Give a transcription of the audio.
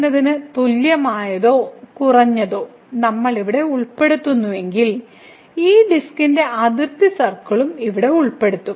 എന്നതിന് തുല്യമായതോ കുറഞ്ഞതോ നമ്മൾ ഇവിടെ ഉൾപ്പെടുത്തുന്നതെങ്കിൽ ഈ ഡിസ്കിന്റെ അതിർത്തി സർക്കിളും ഇവിടെ ഉൾപ്പെടുത്തും